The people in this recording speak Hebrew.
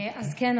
אז כן,